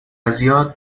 زیاد